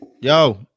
yo